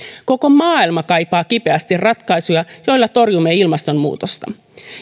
koko maailma kaipaa kipeästi ratkaisuja joilla torjumme ilmastonmuutosta